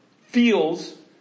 feels